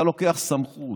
אתה לוקח סמכות